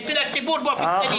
אצל הציבור באופן כללי.